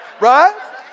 right